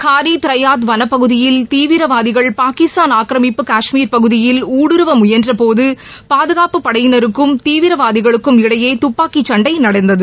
காரிதராயத் வனப்பகுதியில் தீவிரவாதிகள் பாகிஸ்தான் ஆக்கிரமிப்பு காஷ்மீர் பகுதியில் ஊடுருவ முயன்றபோது பாதுகாப்புப் படையினருக்கும் தீவிரவாதிகளுக்கும் இடையே துப்பாக்கிச் சண்டை நடந்தது